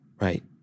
right